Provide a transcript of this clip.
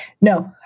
no